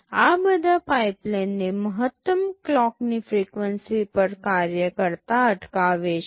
આ બધા પાઇપલાઇનને મહત્તમ ક્લોકની ફ્રિક્વન્સી પર કાર્ય કરતા અટકાવે છે